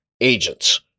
agents